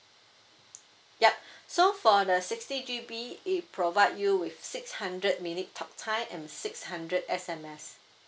yup so for the sixty G_B it provide you with six hundred minute talk tight and six hundred S_M_SS